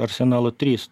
arsenalų trys